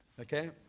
okay